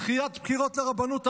דחיית הבחירות לרבנות הראשית,